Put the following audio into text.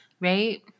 right